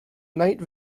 night